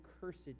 cursed